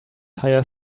hire